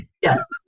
Yes